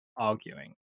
arguing